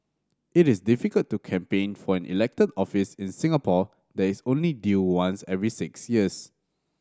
it is difficult to campaign for an elected office in Singapore that is only due once every six years